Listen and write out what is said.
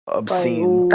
obscene